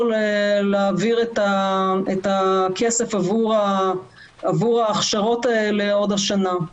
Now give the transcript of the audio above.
להעביר את הכסף עבור ההכשרות האלה עוד ה שנה.